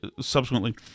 subsequently